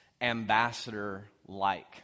ambassador-like